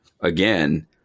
again